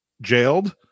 jailed